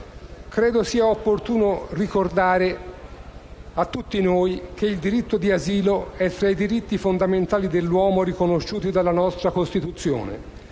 Credo sia opportuno ricordare a tutti noi che il diritto di asilo è tra i diritti fondamentali dell'uomo riconosciuti dalla nostra Costituzione.